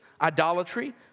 idolatry